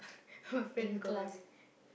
my friends got my back